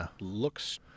looks